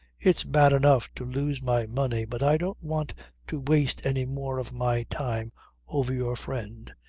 it's bad enough to lose my money but i don't want to waste any more of my time over your friend.